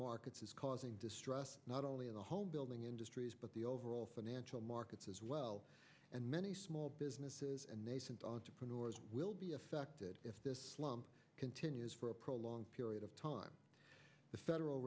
markets is causing distress not only in the home building industries but the overall financial markets as well and many small businesses and nascent entrepreneurs will be affected if this slump continues for a prolonged period of time the federal